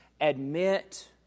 admit